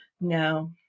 No